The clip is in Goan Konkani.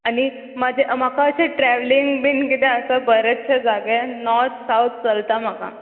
आनी म्हाजे म्हाका अशें ट्रेवलिंग बीन किदें आसा बरेंचशे जागे नॉर्थ सावत चलता म्हाका